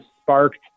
sparked